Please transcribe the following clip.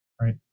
right